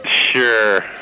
Sure